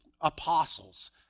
apostles